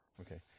Okay